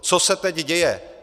Co se teď děje?